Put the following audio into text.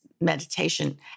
meditation